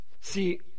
See